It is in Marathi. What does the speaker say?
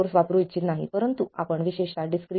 83 V 2